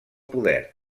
poder